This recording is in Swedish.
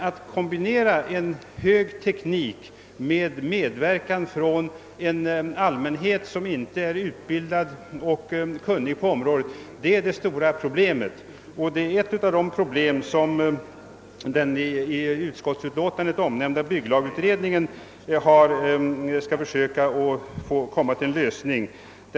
Att kombinera en högt utvecklad teknik med medverkan från en allmänhet, som inte är utbildad och kunnig på området, är emellertid det stora problemet. Detta är också en av de frågor som den i utskottsutlåtandet omnämnda bygglagutredningen skall försöka finna en lösning på.